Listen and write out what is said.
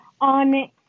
on